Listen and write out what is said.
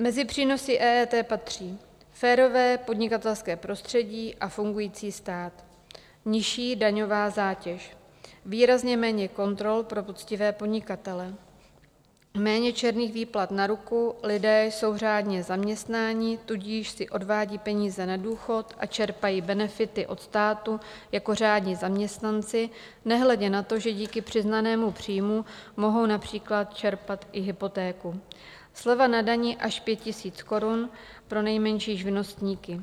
Mezi přínosy EET patří férové podnikatelské prostředí a fungující stát, nižší daňová zátěž, výrazně méně kontrol pro poctivé podnikatele, méně černých výplat na ruku, lidé jsou řádně zaměstnání, tudíž si odvádí peníze na důchod a čerpají benefity od státu jako řádní zaměstnanci, nehledě na to, že díky přiznanému příjmu mohou například čerpat i hypotéku, sleva na dani až 5 000 korun pro nejmenší živnostníky.